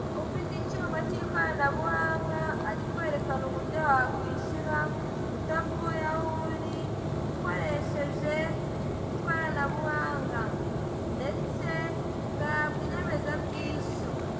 Umukobwa ufite icyuma k'ikoranabuhanga ari kwerekana uburyo wakwishyura utavuye aho uri ukoresheje ikoranabuhanga ndetse ugahabwa inyemeza bwishyu.